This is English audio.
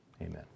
Amen